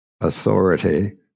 authority